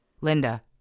Linda